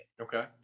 Okay